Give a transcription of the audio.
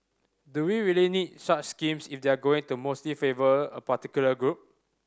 do we really need such schemes if they're going to mostly favour a particular group